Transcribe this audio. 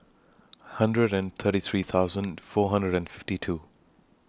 hundred and thirty three thousand four hundred and fifty two